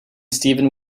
steven